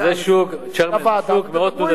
Chairman, זה שוק מאוד תנודתי.